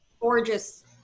Gorgeous